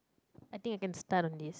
I think I can start on this